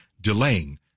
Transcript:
delaying